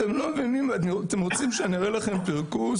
אתם רוצים שאני אראה לכם פרכוס?